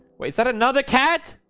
wait. is that another cat?